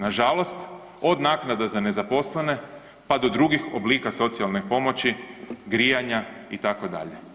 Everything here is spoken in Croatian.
Nažalost, od naknada za nezaposlene, pa do drugih oblika socijalne pomoći, grijanja itd.